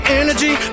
energy